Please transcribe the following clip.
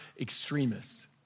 extremists